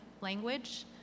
language